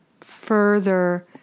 further